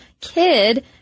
kid